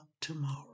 tomorrow